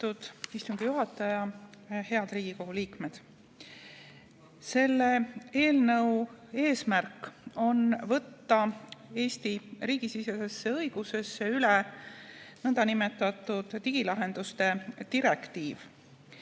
istungi juhataja! Head Riigikogu liikmed! Selle eelnõu eesmärk on võtta Eesti riigisisesesse õigusesse üle nn digilahenduste direktiiv.